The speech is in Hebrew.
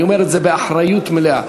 אני אומר את זה באחריות מלאה.